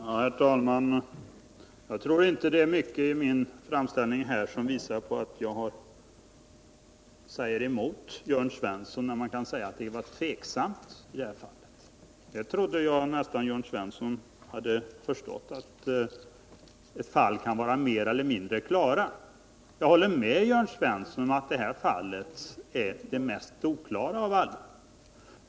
Herr talman! Jag tror inte det är mycket i min framställning här som visar att jag säger emot Jörn Svensson. Men man kan säga att det var tveksamt i det här fallet. Jag trodde nästan att Jörn Svensson hade förstått att ett fall kan vara mer eller mindre klart. Jag håller med Jörn Svensson om att det här fallet är det mest oklara av alla.